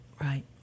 Right